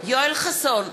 יואל חסון,